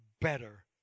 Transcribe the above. better